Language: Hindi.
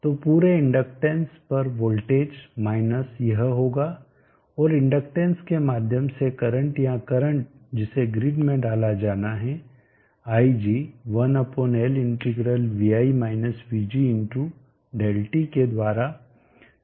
तो पूरे इंडकटेंस पर वोल्टेज माइनस यह होगा और इंडकटेंस के माध्यम से करंट या करंट जिसे ग्रिड में डाला जाना है ig 1L integral vi - vg × dt के द्वारा दिया जाता है